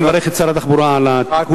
אני מברך את שר התחבורה על התיקון.